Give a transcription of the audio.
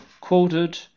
quoted